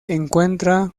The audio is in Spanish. encuentra